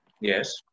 Yes